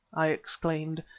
i exclaimed,